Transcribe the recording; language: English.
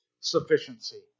sufficiency